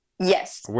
yes